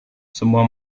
semua